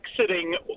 Exiting